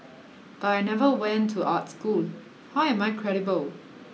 but I never went to art school how am I credible